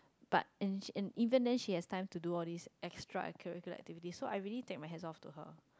but and and even then she has time to do all this extra curriculum activity so I really take my hand off to her